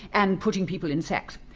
and putting people in sacks.